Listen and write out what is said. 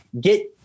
get